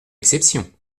exception